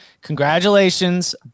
Congratulations